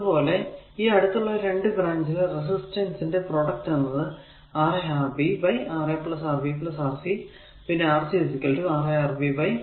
അത് പോലെ ഈ അടുത്തുള്ള 2 ബ്രാഞ്ചിലെ റെസിസ്റ്റൻസ് ന്റെ പ്രോഡക്റ്റ് എന്നത് Ra Rc Ra Rb Rc പിന്നെ Rc Ra Rb RaRb Rc